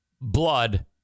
blood